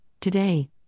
today